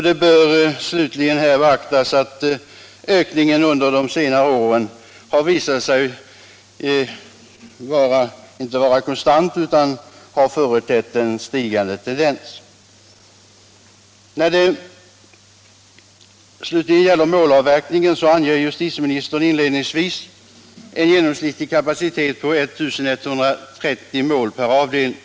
Det bör slutligen här beaktas att ökningen under senare år inte har varit konstant utan har företett en stigande tendens. När det slutligen gäller målavverkningen anger justitieministern inledningsvis en genomsnittlig kapacitet på 1 130 mål per avdelning.